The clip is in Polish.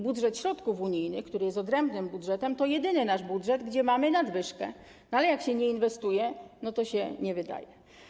Budżet środków unijnych, który jest odrębnym budżetem, to jedyny nasz budżet, gdzie mamy nadwyżkę, ale jak się nie inwestuje, to się nie wydaje.